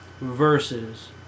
versus